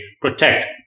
PROTECT